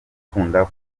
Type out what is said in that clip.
ukunda